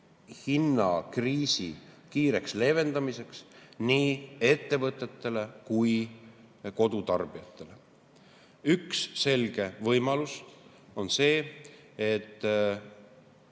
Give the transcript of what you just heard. elektrihinnakriisi kiireks leevendamiseks nii ettevõtetele kui ka kodutarbijatele. Üks selge võimalus on kaotada